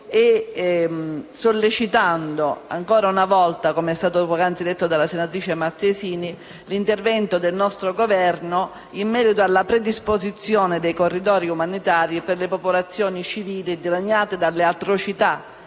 sollecitando, ancora una volta, come è stato poc'anzi detto dalla senatrice Mattesini, l'intervento del nostro Governo in merito alla predisposizione dei corridoi umanitari per le popolazioni civili dilaniate dalle atrocità